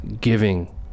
giving